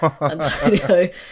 Antonio